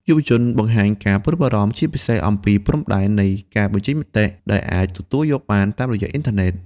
យុវជនបង្ហាញការព្រួយបារម្ភជាពិសេសអំពីព្រំដែននៃការបញ្ចេញមតិ ដែលអាចទទួលយកបានតាមរយះអ៊ីនធឺណិត។